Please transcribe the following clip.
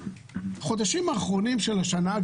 חודשים אחרונים של השנה,